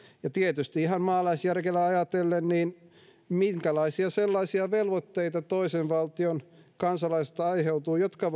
ja tietysti ihan maalaisjärjellä ajatellen minkälaisia sellaisia velvoitteita toisen valtion kansalaisuudesta aiheutuu jotka